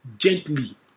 gently